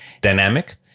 dynamic